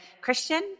Christian